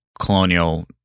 colonial